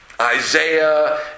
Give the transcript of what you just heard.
Isaiah